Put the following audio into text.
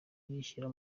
yishyira